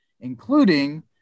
including